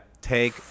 Take